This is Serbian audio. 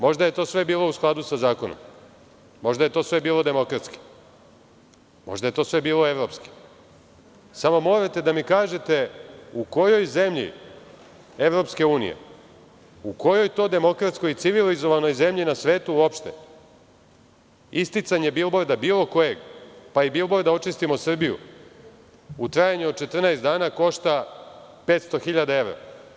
Možda je sve to bilo u skladu sa zakonom, možda je sve to bilo demokratski, možda je sve to bilo evropski, samo morate da mi kažete u kojoj zemlji Evropske unije, u kojoj to demokratskoj, civilizovanoj zemlji na svetu uopšte, isticanje bilborda, bilo kojeg, pa i bilborda „Očistimo Srbiju“, u trajanju od 14 dana košta 500.000 evra?